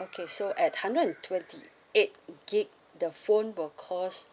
okay so at hundred and twenty eight gig the phone will cost